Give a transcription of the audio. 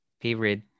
favorite